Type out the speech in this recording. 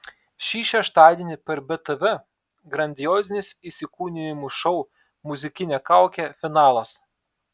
šį šeštadienį per btv grandiozinis įsikūnijimų šou muzikinė kaukė finalas